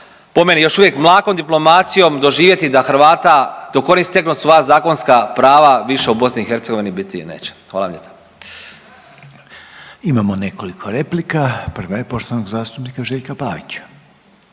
po meni još uvijek mlakom diplomacijom doživjeti da Hrvata dok oni steknu svoja zakonska prava više u Bosni i Hercegovini biti neće. Hvala vam lijepa. **Reiner, Željko (HDZ)** Imamo nekoliko replika. Prva je poštovanog zastupnika Željka Pavića.